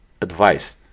advice